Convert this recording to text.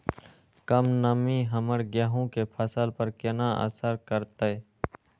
कम नमी हमर गेहूँ के फसल पर केना असर करतय?